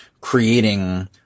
creating